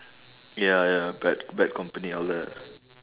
ya ya bad bad company all that